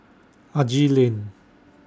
Haji Lane